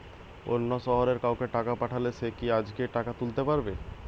অন্য শহরের কাউকে টাকা পাঠালে সে কি আজকেই টাকা তুলতে পারবে?